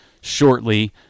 shortly